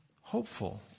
hopeful